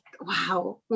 wow